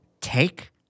Take